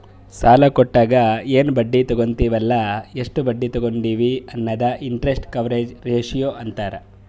ಸಾಲಾ ಕೊಟ್ಟಾಗ ಎನ್ ಬಡ್ಡಿ ತಗೋತ್ತಿವ್ ಅಲ್ಲ ಎಷ್ಟ ಬಡ್ಡಿ ತಗೊಂಡಿವಿ ಅನ್ನದೆ ಇಂಟರೆಸ್ಟ್ ಕವರೇಜ್ ರೇಶಿಯೋ ಅಂತಾರ್